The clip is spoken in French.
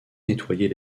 nettoyer